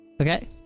Okay